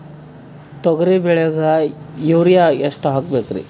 ತೊಗರಿ ಬೆಳಿಗ ಯೂರಿಯಎಷ್ಟು ಹಾಕಬೇಕರಿ?